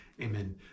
amen